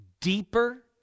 deeper